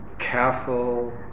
careful